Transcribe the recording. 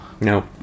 No